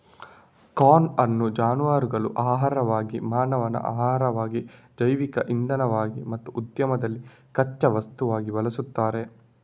corn ಅನ್ನು ಜಾನುವಾರುಗಳ ಆಹಾರವಾಗಿ, ಮಾನವ ಆಹಾರವಾಗಿ, ಜೈವಿಕ ಇಂಧನವಾಗಿ ಮತ್ತು ಉದ್ಯಮದಲ್ಲಿ ಕಚ್ಚಾ ವಸ್ತುವಾಗಿ ಬಳಸ್ತಾರೆ